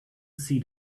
see